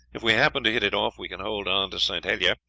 if we happen to hit it off, we can hold on to st. helier,